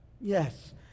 yes